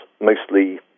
mostly